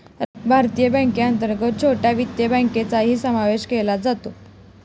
भारतीय बँकेअंतर्गत छोट्या वित्तीय बँकांचाही समावेश केला जातो